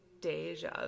deja